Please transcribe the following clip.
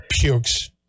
pukes